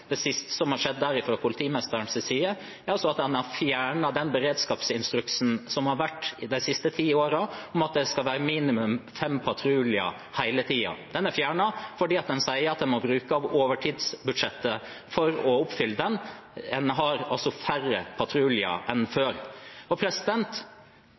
er at han har fjernet den beredskapsinstruksen som har vært de siste ti årene, om at det skal være minimum fem patruljer hele tiden. Den instruksen er fjernet fordi den sier at man må bruke av overtidsbudsjettet for å oppfylle den. En har altså færre patruljer enn